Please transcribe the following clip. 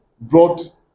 brought